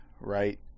right